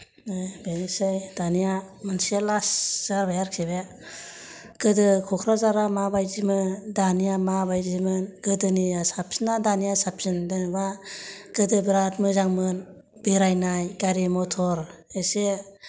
ओ बेनोसै दानिया मोनसे लास्त जाबाय आरोखि बे गोदो कक्राझारा माबायदिमोन दानिया माबायदिमोन गोदोनिया साबसिन ना दानिया साबसिन जेनबा गोदो बिराद मोजांमोन बेरायनाय गारि मथर एसे